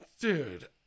Dude